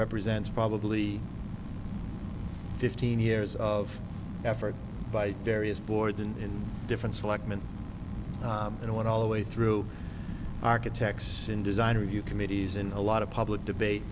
represents probably fifteen years of effort by various boards and different selectman and went all the way through architects sinne design review committees and a lot of public debate